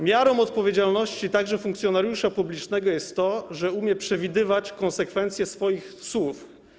Miarą odpowiedzialności, także funkcjonariusza publicznego, jest to, że umie przewidywać konsekwencje swoich słów.